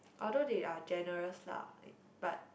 although they are generous lah but